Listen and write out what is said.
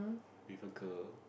with a girl